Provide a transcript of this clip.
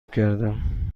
کردم